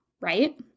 right